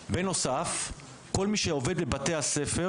בנוסף, כל מי שעובד בבתי הספר